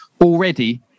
already